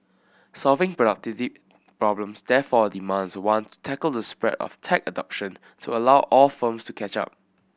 solving problems therefore demands one tackle the spread of tech adoption to allow all firms to catch up